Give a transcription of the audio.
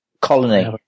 Colony